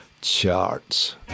charts